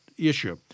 issue